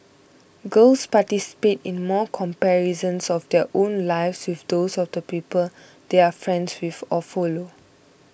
girls participate in more comparisons of their own lives with those of the people they are friends with or follow